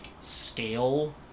scale